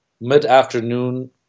mid-afternoon